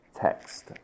text